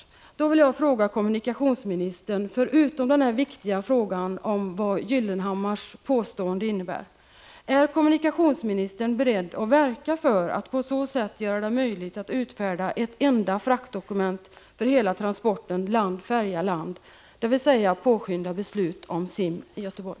Jag vill till kommunikationsministern, förutom den viktiga frågan om Gyllenhammars påstående, också ställa följande fråga: Är kommunikationsministern beredd att verka för ett möjliggörande av ett enda fraktdokument för hela transporten land-färja-land, dvs. påskynda beslut om genomförande av CIM i Göteborg?